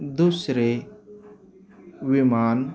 दुसरे विमान